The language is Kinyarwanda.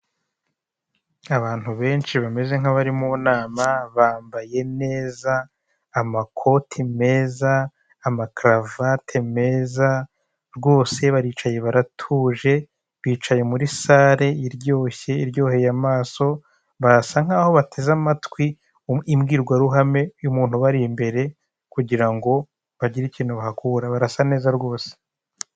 Abantu benshi bameze nk'abari mu nama bambaye neza amakoti meza amakaravate meza rwose baricaye baratuje bicaye muri sale iryoshye iryoheye amaso barasa nkaho bateze amatwi imbwirwaruhame y'umuntu ubari imbere kugira ngo bagire ikintu bahakura barasa neza rwose.